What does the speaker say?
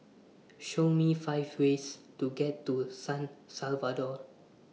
Show Me five ways to get to San Salvador